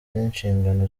n’inshingano